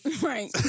Right